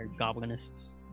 goblinists